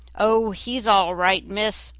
oh! he's all right, miss,